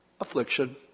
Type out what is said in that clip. Affliction